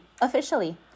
officially